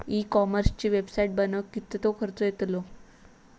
E कॉमर्सची website बनवक किततो खर्च येतलो?